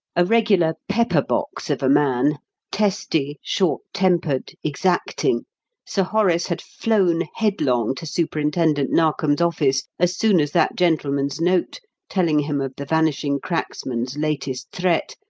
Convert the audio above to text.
a regular pepper-box of a man testy, short-tempered, exacting sir horace had flown headlong to superintendent narkom's office as soon as that gentleman's note, telling him of the vanishing cracksman's latest threat,